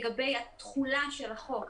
לגבי התחולה של החוק.